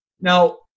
Now